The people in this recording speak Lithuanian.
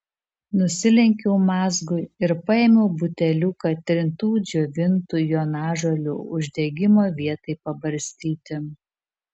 nusilenkiau mazgui ir paėmiau buteliuką trintų džiovintų jonažolių uždegimo vietai pabarstyti